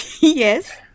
yes